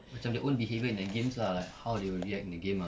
macam their own behaviour in the games lah how they will react in the game ah